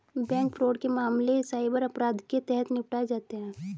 bank fraud के मामले cyber अपराध के तहत निपटाए जाते हैं